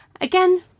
again